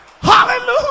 Hallelujah